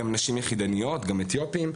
גם נשים יחידניות, גם אתיופים.